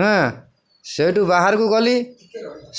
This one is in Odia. ହଁ ସେଇଠୁ ବାହାରକୁ ଗଲି